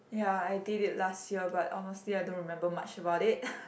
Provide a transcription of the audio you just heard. ya I did it last year but honestly I don't remember much about it